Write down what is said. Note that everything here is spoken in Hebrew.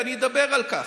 ואני אדבר על כך.